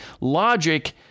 logic